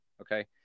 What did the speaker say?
okay